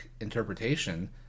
interpretation